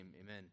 Amen